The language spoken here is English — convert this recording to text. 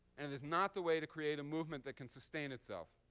and it is not the way to create a movement that can sustain itself.